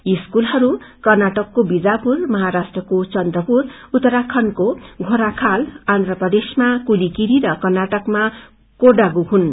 यी स्कूलहरू कर्नाटकको बीजापुर महाराष्ट्रको चन्द्रपुर उत्तराखण्डको घोराखाल आन्ध्र प्रदेशमा कलिकिरी र कर्नाटकमा कोडागुमा छन्